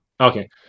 okay